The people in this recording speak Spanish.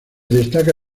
destaca